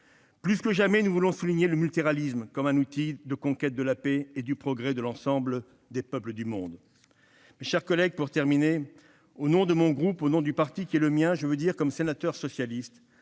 Plus que jamais, nous voulons souligner que le multilatéralisme est un outil de conquête de la paix et du progrès de l'ensemble des peuples du monde. Mes chers collègues, je veux dire au nom de mon groupe, au nom du parti qui est le mien, comme sénateur socialiste